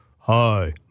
hi